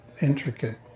intricate